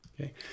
okay